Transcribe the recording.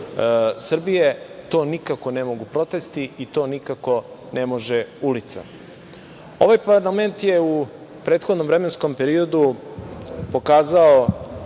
Srbije. To nikako ne mogu protesti i to nikako ne može ulica. Ovaj parlament je u prethodnom vremenskom periodu pokazao